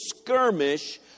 skirmish